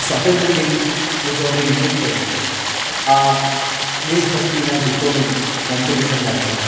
સ્વાતંત્ર દિન ઉજવણી નિમિત્તે આ દેશભક્તિના ગીતોની કોમ્પિટિશન રાખેલું